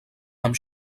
amb